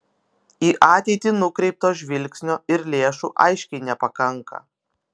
į ateitį nukreipto žvilgsnio ir lėšų aiškiai nepakanka